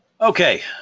okay